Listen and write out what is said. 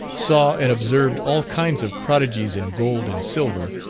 saw and observed all kinds of prodigies in gold and silver,